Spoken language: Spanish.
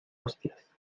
hostias